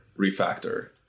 refactor